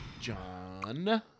John